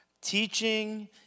Teaching